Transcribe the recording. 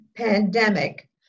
pandemic